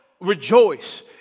rejoice